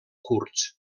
kurds